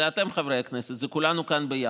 זה אתם, חברי הכנסת, זה כולנו כאן ביחד.